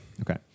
Okay